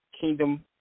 Kingdom